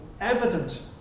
evident